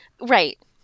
right